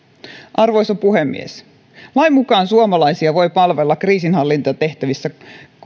arvoisa puhemies lain mukaan suomalaisia voi palvella kriisinhallintatehtävissä